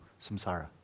samsara